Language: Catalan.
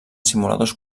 simuladors